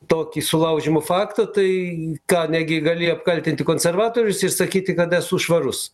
tokį sulaužymo faktą tai ką negi gali apkaltinti konservatorius ir sakyti kad esu švarus